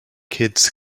hits